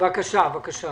אבל בגדול